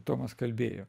tomas kalbėjo